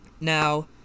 Now